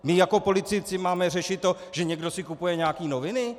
My jako politici máme řešit to, že někdo si kupuje nějaké noviny?